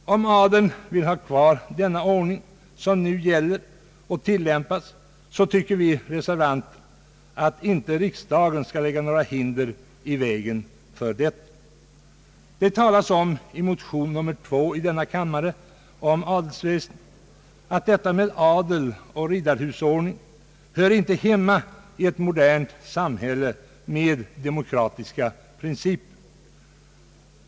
Om adeln vill ha kvar den ordning som nu gäller, tycker vi reservanter att riksdagen inte skall lägga några hinder i vägen för detta. det om adelsväsendet att adel och riddarhusordning inte hör hemma i ett modernt samhälle med demokratiska principer.